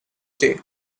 day